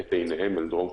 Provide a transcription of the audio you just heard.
את עיניהם אליה,